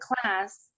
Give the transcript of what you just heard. class